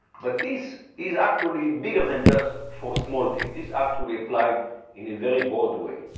but this is actually bigger than just for small team. this actually applied in a very broad way,